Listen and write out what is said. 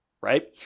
right